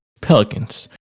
Pelicans